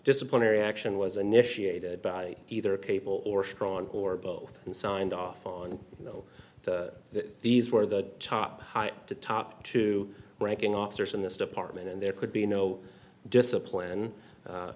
disciplinary action was initiated by either people or strong or both and signed off on you know that these were the chop to top two ranking officers in this department and there could be no discipline